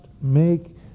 make